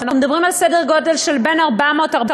אנחנו מדברים על סדר גודל של בין 400 450